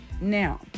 Now